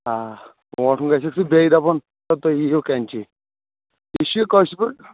آ برونٹھ کُن گَژھکھ ژٕ بیٚیہِ دَپُن تُہۍ یی زیو کینچی یہِ چھ کٲشر پٲٹھۍ